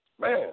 Man